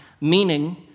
meaning